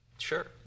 Sure